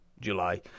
July